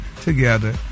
together